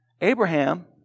Abraham